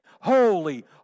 holy